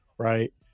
right